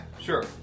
sure